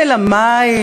של המים.